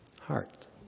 heart